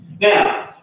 Now